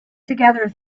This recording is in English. together